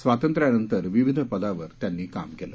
स्वातंत्र्यानंतर विविध पदावर त्यांनी काम केलं